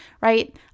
right